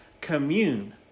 Commune